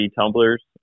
tumblers